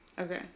Okay